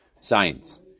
science